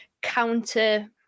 counter